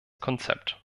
konzept